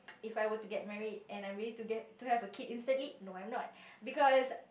if I were to get married and I'm willing to get to have a kid instantly no I'm not because